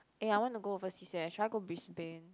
eh I want to go overseas eh should I go Brisbane